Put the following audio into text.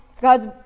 God's